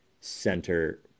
center